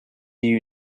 you